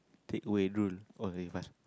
take away drool oh